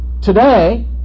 Today